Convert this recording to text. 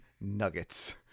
Nuggets